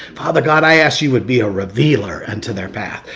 father, god, i ask you would be a revealer unto their path.